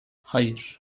hayır